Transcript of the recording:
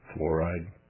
Fluoride